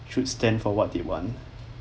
should stand for what they want